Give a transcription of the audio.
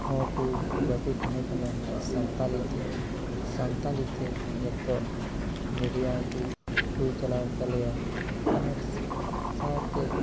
ᱦᱚᱸᱠᱚ ᱵᱟᱠᱚ ᱛᱟᱦᱮᱸ ᱠᱟᱱᱟ ᱥᱟᱱᱛᱟᱲᱤ ᱛᱮ ᱥᱟᱱᱛᱟᱲᱤ ᱛᱮ ᱱᱤᱛᱚᱜ ᱢᱤᱰᱤᱭᱟ ᱠᱚ ᱦᱩᱭ ᱪᱟᱞᱟᱣᱮᱱ ᱛᱟᱞᱮᱭᱟ ᱟᱨ ᱥᱟᱶᱛᱮ